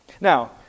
Now